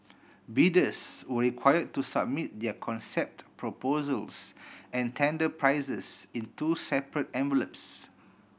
bidders were require to submit their concept proposals and tender prices in two separate envelopes